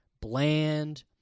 bland